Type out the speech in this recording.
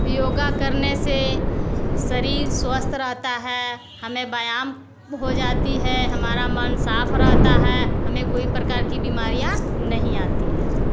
योग करने से शरीर स्वस्थ रहता है हमें व्यायाम हो जाता है हमारा मन साफ़ रहता है हमें कोई प्रकार की बीमारीयाँ नहीं आती हैं